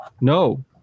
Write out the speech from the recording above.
No